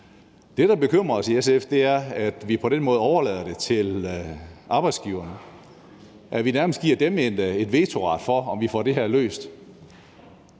Det, der bekymrer os i SF, er, at vi på den måde overlader det til arbejdsgiverne; at vi nærmest giver dem en vetoret til at få det her løst.